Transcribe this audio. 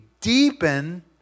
deepen